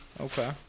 Okay